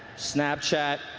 snapchat,